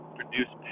produce